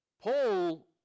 paul